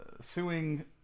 suing